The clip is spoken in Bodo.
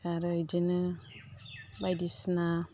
आरो इदिनो बायदिसिना